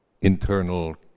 internal